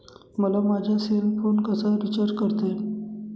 मला माझा cell phone कसा रिचार्ज करता येईल?